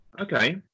Okay